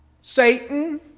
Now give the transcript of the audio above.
Satan